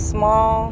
Small